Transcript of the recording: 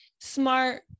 smart